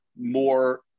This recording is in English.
more